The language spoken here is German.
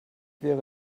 wäre